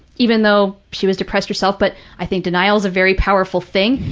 even though she was depressed herself, but i think denial is a very powerful thing.